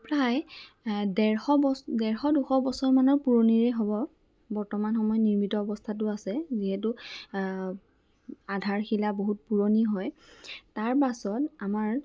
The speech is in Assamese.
প্ৰায় এ ডেৰশ বছ ডেৰশ দুশ বছৰমানৰ পুৰণিৱেই হ'ব বৰ্তমান সময় নিৰ্মিত অৱস্থাটো আছে যিহেতু আধাৰশিলা বহুত পুৰণি হয় তাৰ পাছত আমাৰ